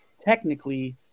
technically